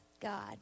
God